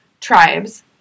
tribes